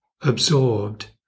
absorbed